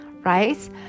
right